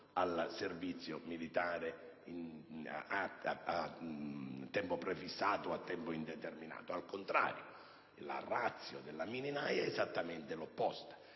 al servizio militare a tempo prefissato o a tempo indeterminato. Al contrario, la *ratio* della mini naja è esattamente opposta: